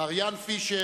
מר יאן פישר,